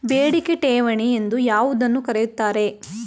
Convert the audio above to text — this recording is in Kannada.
ಬೇಡಿಕೆ ಠೇವಣಿ ಎಂದು ಯಾವುದನ್ನು ಕರೆಯುತ್ತಾರೆ?